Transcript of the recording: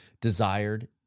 desired